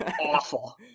awful